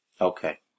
Okay